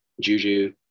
Juju